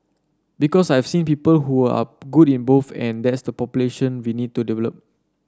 because I've seen people who are good in both and that's the population we need to develop